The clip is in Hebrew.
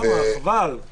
הצבעה ההסתייגות לא אושרה.